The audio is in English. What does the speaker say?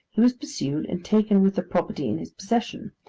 he was pursued and taken with the property in his possession,